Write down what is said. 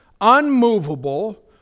unmovable